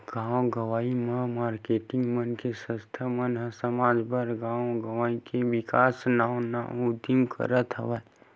गाँव गंवई म मारकेटिंग मन के संस्था मन ह समाज बर, गाँव गवई के बिकास नवा नवा उदीम करत हवय